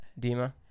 Dima